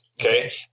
Okay